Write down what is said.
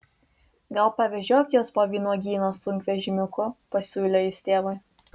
gal pavežiok juos po vynuogyną sunkvežimiuku pasiūlė jis tėvui